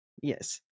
Yes